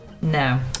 No